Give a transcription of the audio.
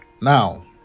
Now